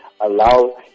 allow